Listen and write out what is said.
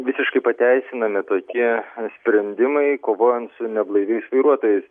visiškai pateisinami tokie sprendimai kovojant su neblaiviais vairuotojais